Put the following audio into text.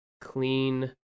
clean